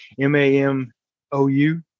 M-A-M-O-U